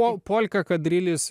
o polka kadrilis